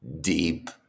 deep